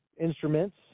instruments